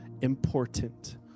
important